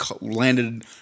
landed